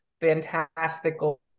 fantastical